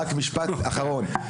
דבר אחרון,